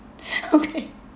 okay